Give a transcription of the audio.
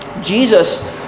Jesus